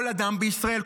כל אדם בישראל,